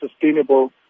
sustainable